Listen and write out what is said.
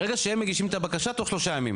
ברגע שהם מגישים את הבקשה תוך שלושה ימים,